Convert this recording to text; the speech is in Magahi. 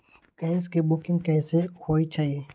गैस के बुकिंग कैसे होईछई?